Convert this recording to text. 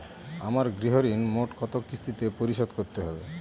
আমার গৃহঋণ মোট কত কিস্তিতে পরিশোধ করতে হবে?